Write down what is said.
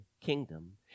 kingdom